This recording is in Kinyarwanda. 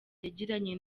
yagiranye